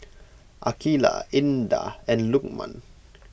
Aqilah Indah and Lukman